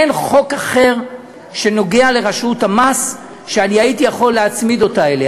אין חוק אחר שנוגע לרשות המס שהייתי יכול להצמיד אותה אליו.